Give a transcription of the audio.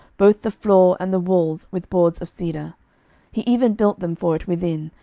both the floor and the walls with boards of cedar he even built them for it within,